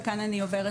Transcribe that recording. וכאן אני עוברת,